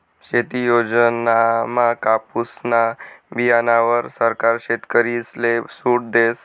शेती योजनामा कापुसना बीयाणावर सरकार शेतकरीसले सूट देस